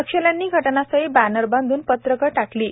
नक्षल्यांनी घटनास्थळी बॅनर बांधून पत्रकेही टाकली आहेत